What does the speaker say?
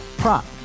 prop